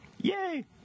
yay